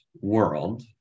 world